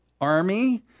army